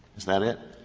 is that it?